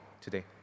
today